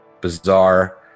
bizarre